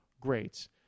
greats